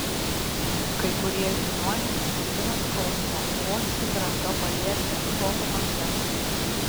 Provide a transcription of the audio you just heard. kai kurie žiniuoniai nuslopina skausmą vos tik ranka paliečia sopamą vietą